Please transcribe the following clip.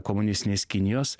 komunistinės kinijos